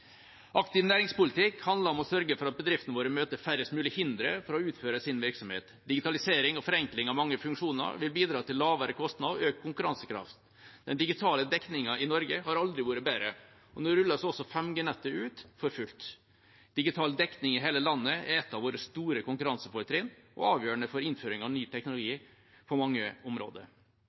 Aktiv næringspolitikk handler om å sørge for at bedriftene våre møter færrest mulige hindre for å utføre sin virksomhet. Digitalisering og forenkling av mange funksjoner vil bidra til lavere kostnad og økt konkurransekraft. Den digitale dekningen i Norge har aldri vært bedre, og nå rulles også 5G-nettet ut for fullt. Digital dekning i hele landet er et av våre store konkurransefortrinn og avgjørende for innføring av ny teknologi på mange områder.